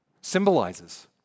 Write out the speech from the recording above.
symbolizes